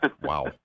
Wow